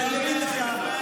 ואני אגיד לכם,